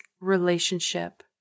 relationship